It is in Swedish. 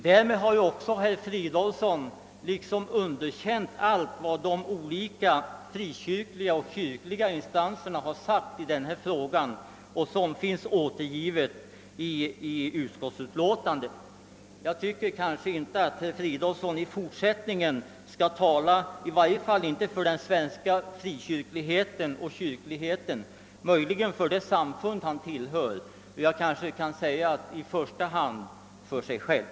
Herr Fridolfsson har liksom underkänt allt vad de olika kyrkliga och frikyrkliga instanserna har sagt i frågan och som finns återgivet i utskottets utlåtande. Herr Fridolfsson bör i fortsättningen i varje fall inte tala för den svenska frikyrkligheten och kyrkligheten, möjligen för det samfund han tillhör eller kanske i första hand för sig själv.